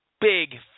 big